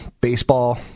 baseball